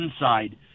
inside